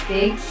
Big